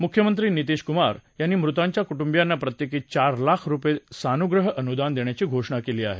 मुख्यमंत्री नीतीश कुमार यांनी मृतांच्या कुटुंबांना प्रत्येकी चार लाख रूपये सानुग्रह अनुदान देण्याची घोषणा केली आहे